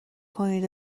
کنید